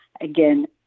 again